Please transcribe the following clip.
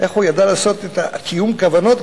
איך הוא ידע לעשות את "תיאום הכוונות",